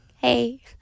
hey